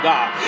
God